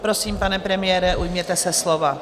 Prosím, pane premiére, ujměte se slova.